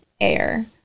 air